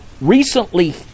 recently